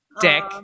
Dick